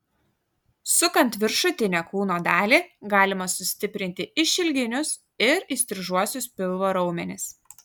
sukant viršutinę kūno dalį galima sustiprinti išilginius ir įstrižuosius pilvo raumenis